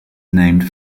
named